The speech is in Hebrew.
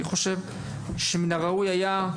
אני חושב שמן הראוי היה,